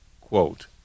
Quote